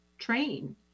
train